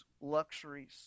luxuries